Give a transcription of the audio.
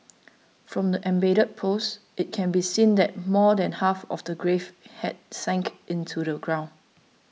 from the embedded post it can be seen that more than half of the grave had sunk into the ground